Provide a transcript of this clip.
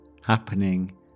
happening